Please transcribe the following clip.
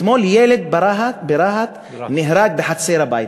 אתמול נהרג ברהט ילד בחצר הבית,